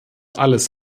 alles